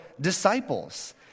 disciples